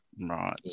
right